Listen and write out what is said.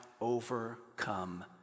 overcome